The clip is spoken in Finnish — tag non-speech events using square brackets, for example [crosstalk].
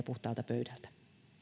[unintelligible] puhtaalta pöydältä